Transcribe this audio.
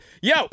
Yo